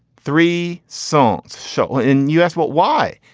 three songs show and us what. why.